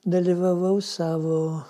dalyvavau savo